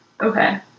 okay